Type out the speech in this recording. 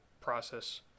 process